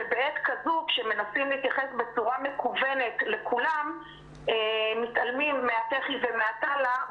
ובעת כזו כשמנסים להתייחס בצורה מקוונת לכולם מתעלמים מהתח"י ומהתל"א,